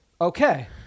Okay